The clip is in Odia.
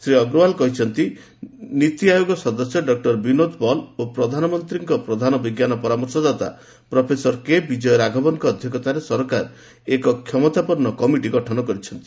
ଶ୍ରୀ ଅଗ୍ରୱାଲ କହିଛନ୍ତି ନୀତି ଆୟୋଗ ସଦସ୍ୟ ଡକୁର ବିନୋଦ ପଲ ଏବଂ ପ୍ରଧାନମନ୍ତ୍ରୀଙ୍କ ପ୍ରଧାନ ବିଜ୍ଞାନ ପରାମର୍ଶଦାତା ପ୍ରଫେସର କେ ବିଜୟ ରାଘବନଙ୍କ ଅଧ୍ୟକ୍ଷତାରେ ସରକାର ଏକ କ୍ଷମତାପନ୍ନ କମିଟି ଗଠନ କରିଛନ୍ତି